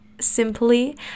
simply